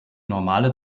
normale